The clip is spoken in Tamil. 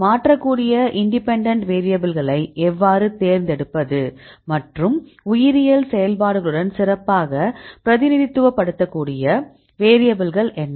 மாற்றக்கூடிய இண்டிபெண்டன்ட் வேரியபில்களை எவ்வாறு தேர்ந்தெடுப்பது மற்றும் உயிரியல் செயல்பாடுகளுடன் சிறப்பாக பிரதிநிதித்துவப்படுத்த கூடிய வேரியபில்கள் என்ன